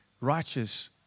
righteous